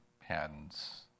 patents